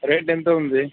rate ఎంత ఉంది